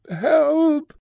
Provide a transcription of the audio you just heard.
Help